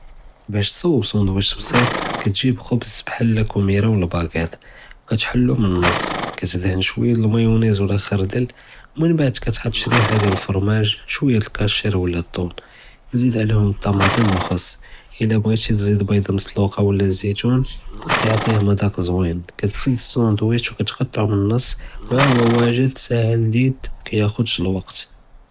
בּאש תְצוּבּ סוֹנדְווִישׁ בּסִיט פּ כּּתְגִ'יב אלחֶבּז בּחַל לא אלקּוּמֵירָה וְאֶלְבַּאקַּאת, כּתְחַלּוּ מִן אלנֶּס, כּתְדַהְּנ שְׁוִיָה דִיאַל אלמַאיונֶז וּלָא חַרְדַּל, וּמִנְבַּעְד כּתְחַט שְׁרִיחָה דִיאַל אלפַרְמַאג, שְׁוִיָה דִיאַל אלכַּאשִׁיר וּלָא אֶלְטּוֹן, זִיד עֻלֵיהּוּם אֶלְטַּמָּאטְם וְאֶלְחַס, יְלָא בְּغִיתִי תְּזִיד בֵּידָה מְסְלוּקָה וּלָא זַיִתוּן כּיַעְטִיה מְדַאק צוּוִין, כּתְסֶדּ אֶלסּוֹנדְווִישׁ וּכּתַקְּטַעּוּ מִן אלנֶּס, וְהָא הוּא וָאגְ'ד סָאהֶל לְדִיד מַאקַיְחַזּ שׁ אלזְּוַאּג.